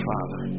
Father